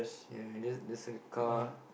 ya and there there's a car